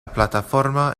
plataforma